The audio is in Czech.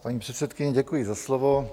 Paní předsedkyně, děkuji za slovo.